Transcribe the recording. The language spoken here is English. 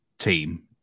team